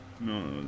no